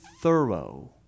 thorough